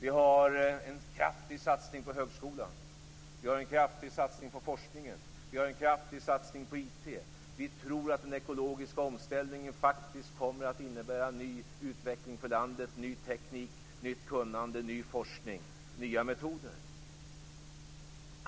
Vi gör en kraftig satsning på högskolan, forskningen och IT, och vi tror att den ekologiska omställningen faktiskt kommer att innebära ny utveckling för landet, ny teknik, nytt kunnande, ny forskning och nya metoder.